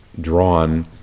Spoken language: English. drawn